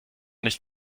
nicht